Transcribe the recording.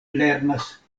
lernas